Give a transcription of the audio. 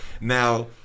Now